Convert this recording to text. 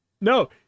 No